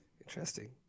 Interesting